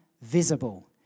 visible